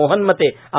मोहन मते आ